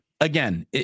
again